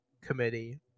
committee